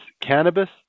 cannabis